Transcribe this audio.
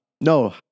No